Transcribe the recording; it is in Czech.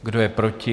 Kdo je proti?